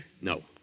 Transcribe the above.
No